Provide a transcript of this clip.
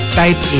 type